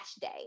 day